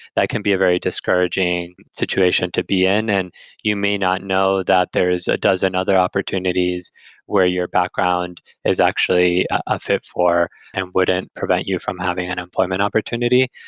that can be a very discouraging situation to be in and you may not know that there is a dozen other opportunities where your background is actually a fit for and wouldn't prevent you from having an employment opportunity.